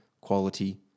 quality